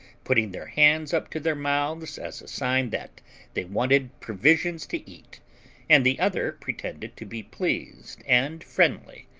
putting their hands up to their mouths as a sign that they wanted provisions to eat and the other pretended to be pleased and friendly,